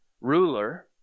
ruler